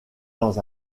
dans